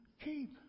keep